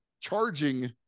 charging